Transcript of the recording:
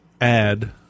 add